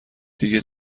دیگه